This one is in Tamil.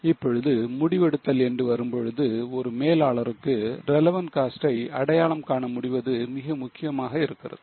இப்பொழுது முடிவெடுத்தல் என்று வரும்போது ஒரு மேலாளருக்கு relevant cost ஐ அடையாளம் காண முடிவது மிக முக்கியமாக இருக்கிறது